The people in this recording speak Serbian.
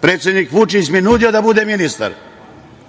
predsednik Vučić mi je nudio da budem ministar,